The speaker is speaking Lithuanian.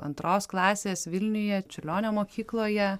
antros klasės vilniuje čiurlionio mokykloje